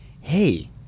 hey